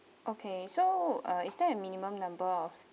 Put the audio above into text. okay so uh is there a minimum number of